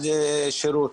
על שירות.